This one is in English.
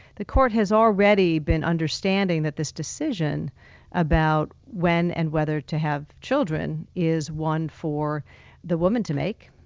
the court has already been understanding that this decision about when and whether to have children is one for the woman to make.